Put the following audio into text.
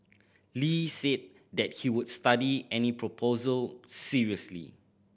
Lee said that he would study any proposal seriously